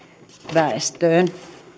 väestöön